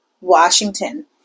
Washington